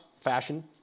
fashion